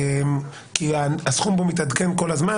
כי הסכום בו מתעדכן כל הזמן.